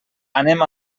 anem